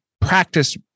practice